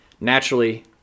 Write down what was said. Naturally